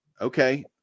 Okay